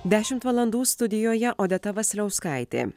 dešimt valandų studijoje odeta vasiliauskaitė